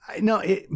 No